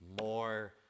more